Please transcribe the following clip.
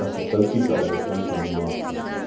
ਅਸੀਂ ਗਲਤੀ ਕਰ ਬੈਠੇ ਹਾਂ ਸਾਨੂੰ ਮਾਫ ਕਰ ਦਿਓ